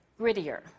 grittier